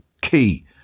key